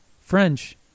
French